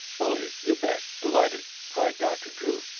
bully! you bet! delighted! cried dr. drew,